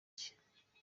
cye